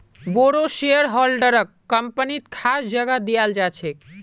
बोरो शेयरहोल्डरक कम्पनीत खास जगह दयाल जा छेक